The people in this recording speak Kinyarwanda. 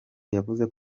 yavuze